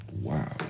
Wow